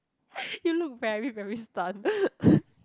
you look very very stunned